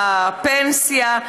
בפנסיה,